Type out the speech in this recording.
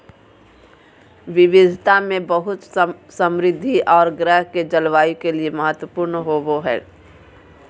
विविधता में बहुत समृद्ध औरो ग्रह के जलवायु के लिए महत्वपूर्ण होबो हइ